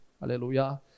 Hallelujah